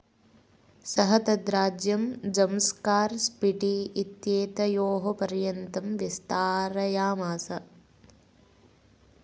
सः तद्राज्यं जम्स्कार् स्पीटी इत्येतयोः पर्यन्तं विस्तारयामास